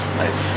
nice